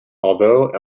although